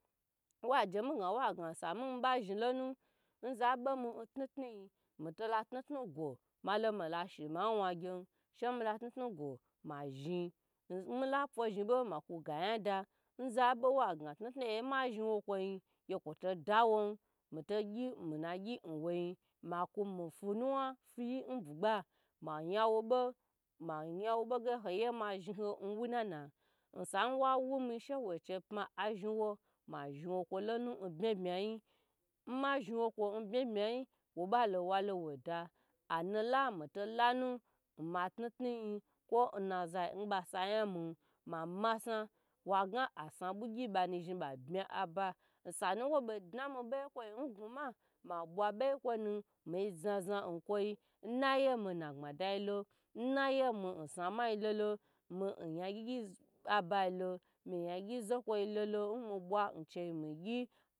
Wo gnagye n na bomi knuknuyi mi tula knuknu go mawna gyem shi mi knuknu go ma zhni n mila pozhni bo maku ganyada n za be wagna knuknu mazhni wo koin gyekoto dawon mi to gye minagye n woi mi komi fwunuwna fwuyi n bwugba manya wobo n gye hoye mazhni wuna na osa n wawumi she wochi pma mazhni wo mazhni woko lonu n byebyeyi n ma zhni woko n lonu byebyeyi wobalo walo woda a nula mi to lanu n maknuknu yi ko n na zai n basanyi mi masna wagna asnabugye nu zhni babme ba osanu woba dnami bei yi konu n gwuma mabwa bei konu mi znazna chi n naye mina mbadalo mina sumai lo lo mi nyagyegye abai lo mi nyagye zoko lolo n mi bwa mi gye